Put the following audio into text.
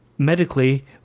medically